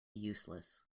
useless